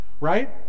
right